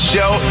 Show